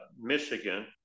Michigan